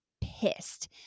pissed